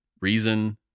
reason